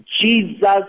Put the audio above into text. Jesus